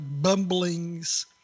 bumblings